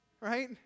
right